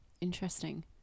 Interesting